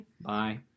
Bye